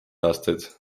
aastaid